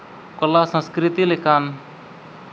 ᱠᱚᱞᱟ ᱥᱚᱝᱥᱠᱨᱤᱛᱤ ᱞᱮᱠᱟᱱ